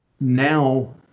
now